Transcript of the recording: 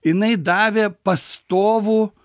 jinai davė pastovų